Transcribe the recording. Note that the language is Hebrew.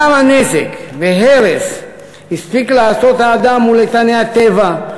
כמה נזק והרס הספיק לעשות האדם מול איתני הטבע,